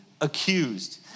accused